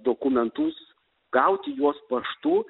dokumentus gauti juos paštu